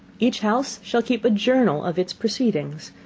each house shall keep a journal of its proceedings,